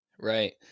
Right